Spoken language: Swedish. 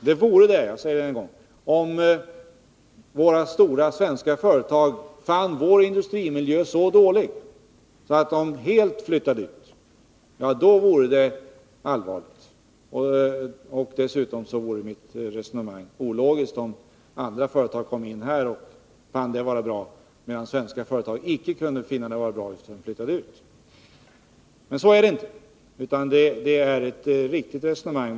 Jag säger ännu en gång att om våra stora svenska företag fann vår industrimiljö så dålig att de helt flyttade ut — ja, då vore det allvarligt. Dessutom vore mitt resonemang ologiskt — om andra företag kom in här och fann miljön bra, medan svenska företag icke kunde finna någon bra miljö utan flyttade ut. Men så är det inte, utan det är ett riktigt resonemang.